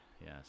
yes